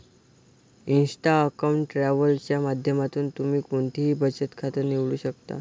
Insta account travel च्या माध्यमातून तुम्ही कोणतंही बचत खातं निवडू शकता